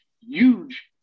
huge